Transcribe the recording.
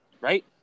right